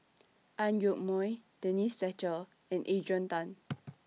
Ang Yoke Mooi Denise Fletcher and Adrian Tan